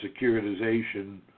securitization